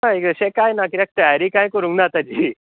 हय तशें कांय ना कित्याक तयारी काय करूंक ना ताची